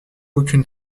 aucune